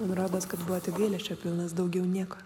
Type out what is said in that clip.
man rodos kad buvo tik gailesčio pilnas daugiau nieko